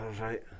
right